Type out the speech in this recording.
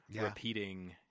repeating